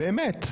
באמת,